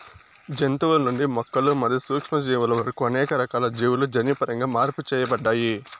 జంతువుల నుండి మొక్కలు మరియు సూక్ష్మజీవుల వరకు అనేక రకాల జీవులు జన్యుపరంగా మార్పు చేయబడ్డాయి